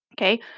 okay